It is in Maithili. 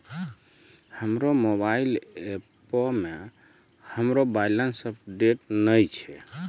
हमरो मोबाइल एपो मे हमरो बैलेंस अपडेट नै छै